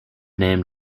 name